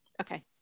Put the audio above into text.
okay